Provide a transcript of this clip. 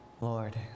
Lord